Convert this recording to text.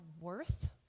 worth